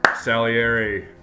Salieri